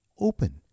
open